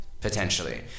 Potentially